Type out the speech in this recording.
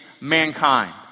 mankind